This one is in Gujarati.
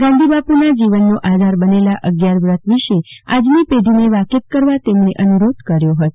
ગાંધી બાપુના જીવનનો આધાર બનેલા અગિયાર વ્રત વિશે આજની પેઢીને વાકેફ કરવા તેમણે અનુરોધ કર્યો હતો